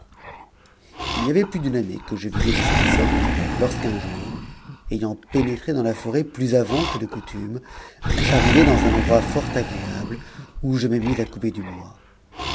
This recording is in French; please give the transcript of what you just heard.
il y avait plus d'une année que je vivais de cette sorte lorsqu'un jour ayant pénétré dans la forêt plus avant que de coutume j'arrivai dans un endroit fort agréable où je me mis à couper du bois